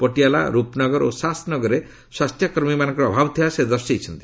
ପଟିଆଲା ରୂପନଗର ଓ ଶାସ ନଗରରେ ସ୍ୱାସ୍ଥ୍ୟ କର୍ମୀମାନଙ୍କର ଅଭାବ ଥିବା ସେ ଦର୍ଶାଇଛନ୍ତି